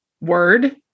word